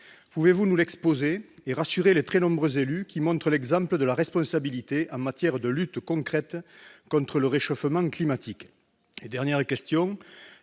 Pouvez-vous nous l'exposer et rassurer les très nombreux élus qui montrent l'exemple de la responsabilité en matière de lutte concrète contre le réchauffement climatique ?